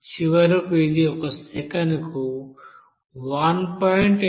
చివరకు ఇది ఒక సెకనుకు 1